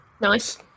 Nice